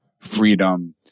freedom